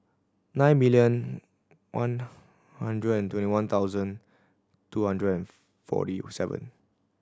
nine million one hundred and twenty one thousand two hundred and forty seven